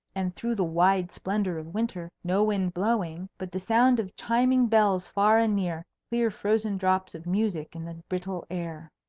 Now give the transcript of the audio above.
and through the wide splendour of winter no wind blowing, but the sound of chiming bells far and near, clear frozen drops of music in the brittle air.